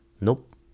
nope